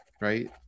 right